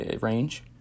range